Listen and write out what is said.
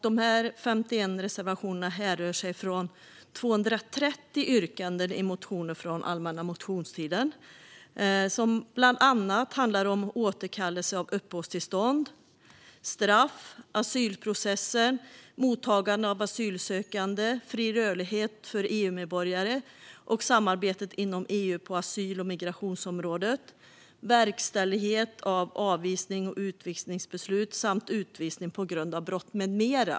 Dessa 51 reservationer härrör från 230 yrkanden i motioner från allmänna motionstiden, vilka bland annat handlar om återkallelse av uppehållstillstånd, straff, asylprocessen, mottagande av asylsökande, fri rörlighet för EU-medborgare och samarbetet inom EU på asyl-och migrationsområdet, verkställighet av avvisnings och utvisningsbeslut och utvisning på grund av brott.